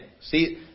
See